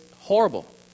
horrible